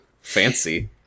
Fancy